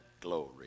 Glory